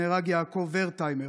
נהרג יעקב ורטהיימר,